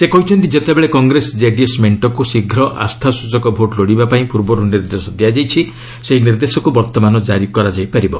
ସେ କହିଛନ୍ତି ଯେତେବେଳେ କଂଗ୍ରେସ ଜେଡିଏସ୍ ମେଣ୍ଟକୁ ଶୀଘ୍ର ଆସ୍ଥାସଚକ ଭୋଟ୍ ଲୋଡ଼ିବାପାଇଁ ପୂର୍ବରୁ ନିର୍ଦ୍ଦେଶ ଦିଆଯାଇଛି ସେହି ନିର୍ଦ୍ଦେଶକୁ ବର୍ତ୍ତମାନ କାରି କରାଯାଇପାରିବ